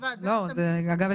אגב,